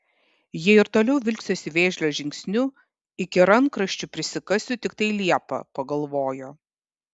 jei ir toliau vilksiuosi vėžlio žingsniu iki rankraščių prisikasiu tiktai liepą pagalvojo